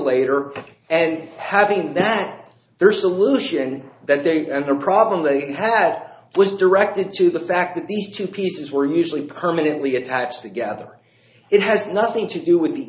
insulator and having that their solution that they and the problem they had was directed to the fact that these two pieces were usually permanently attached together it has nothing to do with the